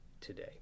today